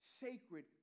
sacred